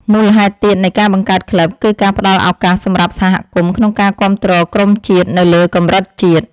មូលហេតុទៀតនៃការបង្កើតក្លឹប គឺការផ្តល់ឱកាសសម្រាប់សហគមន៍ក្នុងការគាំទ្រក្រុមជាតិនៅលើកម្រិតជាតិ។